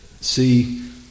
See